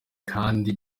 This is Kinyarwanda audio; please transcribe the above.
kandi